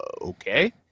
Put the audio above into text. okay